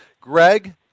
Greg